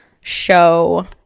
show